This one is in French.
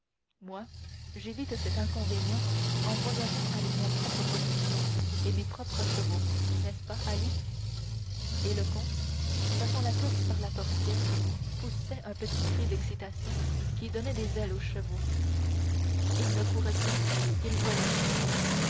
moi j'évite cet inconvénient en voyageant avec mon propre postillon et mes propres chevaux n'est-ce pas ali et le comte passant la tête par la portière poussait un petit cri d'excitation qui donnait des ailes aux chevaux ils ne couraient plus ils volaient